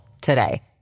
today